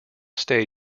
stage